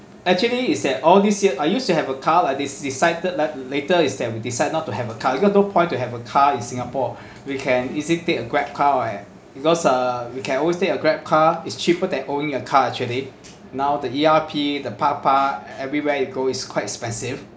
actually is that all this year I used to have a car lah dec~ decided la~ later is that we decide not to have a car you got no point to have a car in singapore we can easily take a Grab car eh because uh we can always take a Grab car is cheaper than owning a car actually now the E_R_P the car park everywhere you go is quite expensive